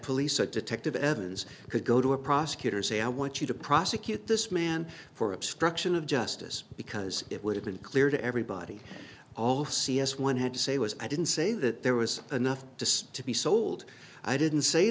police or detective evans could go to a prosecutor say i want you to prosecute this man for obstruction of justice because it would have been clear to everybody all c s one had to say was i didn't say that there was enough to be sold i didn't say